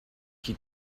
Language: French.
qui